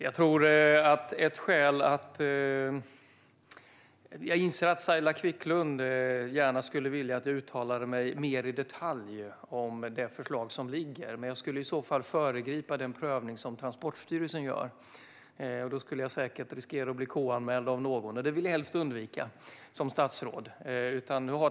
Fru talman! Jag inser att Saila Quicklund gärna skulle vilja att jag uttalade mig mer i detalj om det föreliggande förslaget, men jag skulle i så fall föregripa den prövning som Transportstyrelsen gör. Då skulle jag säkert riskera att bli KU-anmäld av någon, och det vill jag som statsråd helst undvika.